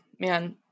man